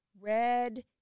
red